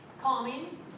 Calming